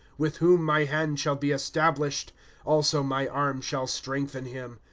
with whom my hand shall be established also my arm shall strengthen him.